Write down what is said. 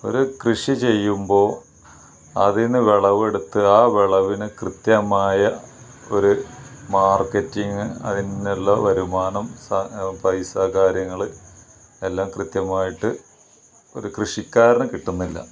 ഒരു കൃഷി ചെയ്യുമ്പോൾ അതിൽ നിന്ന് വിളവെടുത്ത് ആ വിളവിന് ക്രിത്യമായ ഒരു മാർക്കറ്റിങ്ങ് അതിൽ നിന്നുള്ള വരുമാനം പൈസ കാര്യങ്ങൾ എല്ലാം ക്രിത്യമായിട്ട് ഒരു കൃഷിക്കാരന് കിട്ടുന്നില്ല